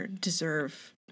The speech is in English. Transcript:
deserve